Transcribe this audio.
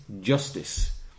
justice